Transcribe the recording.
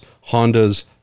honda's